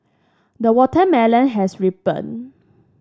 the watermelon has ripened